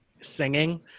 singing